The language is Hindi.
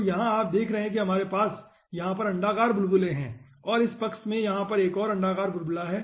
तो यहाँ आप देख रहे हैं कि हमारे पास यहाँ पर अण्डाकार बुलबुले हैं और इस पक्ष में यहाँ पर एक और अण्डाकार बुलबुला है